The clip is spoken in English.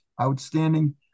outstanding